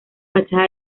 fachada